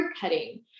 cutting